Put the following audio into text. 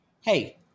Hey